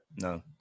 No